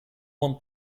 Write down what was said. want